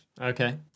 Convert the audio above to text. Okay